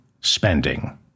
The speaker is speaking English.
spending